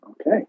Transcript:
Okay